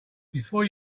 before